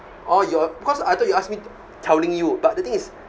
or your because I thought you ask me telling you but the thing is